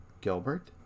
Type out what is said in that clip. Gilbert